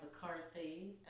McCarthy